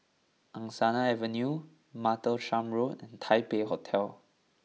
Angsana Avenue Martlesham Road and Taipei Hotel